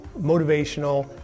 motivational